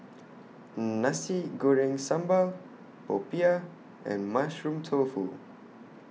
Nasi Goreng Sambal Popiah and Mushroom Tofu